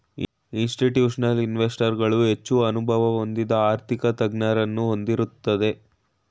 institutional investors ಗಳು ಹೆಚ್ಚು ಅನುಭವ ಹೊಂದಿದ ಆರ್ಥಿಕ ತಜ್ಞರನ್ನು ಹೊಂದಿರುತ್ತದೆ